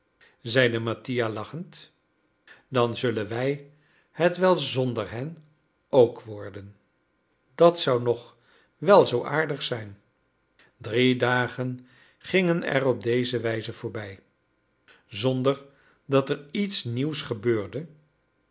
zeide mattia lachend dan zullen wij het wel zonder hen ook worden dat zou nog wel zoo aardig zijn drie dagen gingen er op die wijze voorbij zonder dat er iets nieuws gebeurde